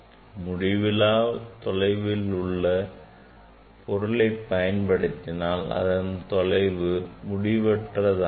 முடிவில்லா தொலைவில் உள்ள பொருளை பயன்படுத்தினால் அதன் தொலைவு முடிவற்ற தாகும்